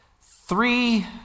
three